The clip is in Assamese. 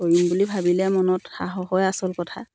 কৰিম বুলি ভাবিলে মনত সাহস হয় আচল কথা